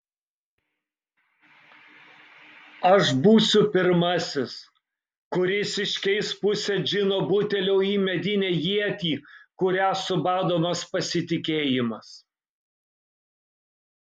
aš būsiu pirmasis kuris iškeis pusę džino butelio į medinę ietį kuria subadomas pasitikėjimas